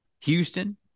Houston